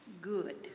good